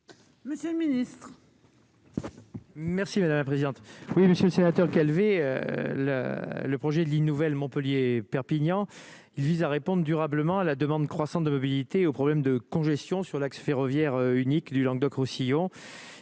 Monsieur le Ministre. Merci madame la présidente, oui, Monsieur le Sénateur Calvet le le projet de ligne nouvelle Montpellier-Perpignan, il vise à répondent durablement à la demande croissante de mobilité aux problèmes de congestion sur l'axe ferroviaire unique du Languedoc Roussillon,